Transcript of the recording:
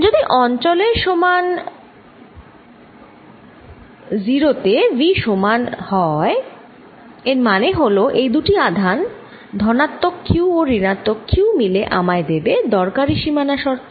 যদি অঞ্চলে সমান 0 তে V সমান 0 হয় এর মানে হল এই দুটি আধান ধনাত্মক q ও ঋণাত্মক q মিলে আমায় দেবে দরকারী সীমানা শর্ত